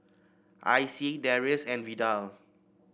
Icey Darius and Vidal